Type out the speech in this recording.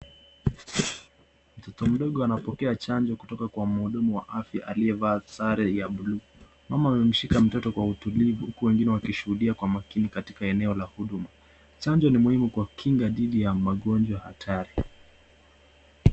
Mtoto mdogo anapokea janjo kutoka kwa muudumu wa afya aliyefaa sare ya buluu, mama ameshika mtoto kwa utulivu huku wengine wakishuhudia kwa makini katika eneo la huduma, janjo ni umuhimu kwa kinga didhi ya magonjwa hatari.